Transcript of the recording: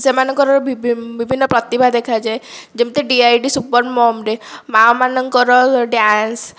ସେମାନଙ୍କର ବିଭିନ୍ନ ପ୍ରତିଭା ଦେଖାଯାଏ ଯେମତି ଡିଆଇଡ଼ି ସୁପର ମମରେ ମାଆମାନଙ୍କର ଡାନ୍ସ